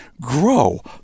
Grow